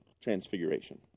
Transfiguration